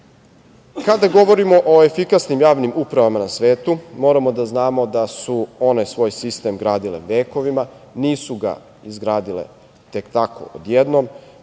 govorimo o efikasnim javnim upravama na svetu moramo da znamo da su one svoj sistem gradile vekovima, nisu ga izgradile tek tako, odjednom.